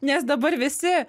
nes dabar visi